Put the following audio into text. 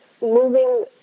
moving